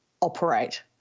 operate